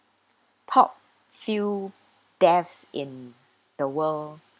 top few deaths in the world